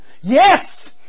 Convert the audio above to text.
Yes